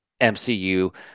MCU